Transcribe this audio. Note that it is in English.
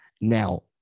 now